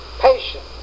patience